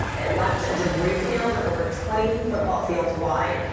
it left a debris field of over twenty football fields wide.